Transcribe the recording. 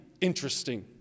interesting